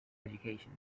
education